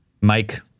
Mike